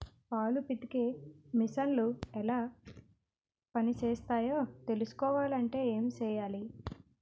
పాలు పితికే మిసన్లు ఎలా పనిచేస్తాయో తెలుసుకోవాలంటే ఏం చెయ్యాలి?